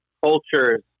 cultures